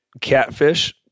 catfish